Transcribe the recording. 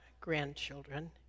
grandchildren